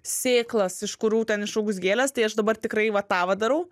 sėklas iš kurių ten išaugs gėles tai aš dabar tikrai va tą va darau